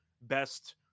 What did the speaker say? best